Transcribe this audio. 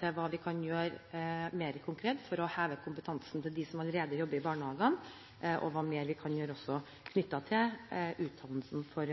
til hva vi kan gjøre mer konkret for å heve kompetansen til dem som allerede jobber i barnehagene, og hva mer vi kan gjøre knyttet til utdannelsen for